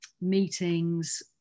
meetings